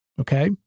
okay